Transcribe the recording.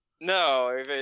No